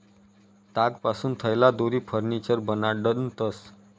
तागपासून थैल्या, दोरी, फर्निचर बनाडतंस